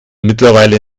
mittlerweile